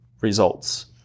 results